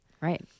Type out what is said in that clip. Right